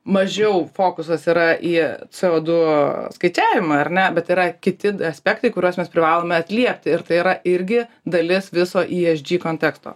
mažiau fokusas yra į co du skaičiavimą ar ne bet yra kiti aspektai kuriuos mes privalome atliepti ir tai yra irgi dalis viso i es dži konteksto